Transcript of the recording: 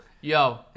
Yo